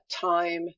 time